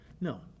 no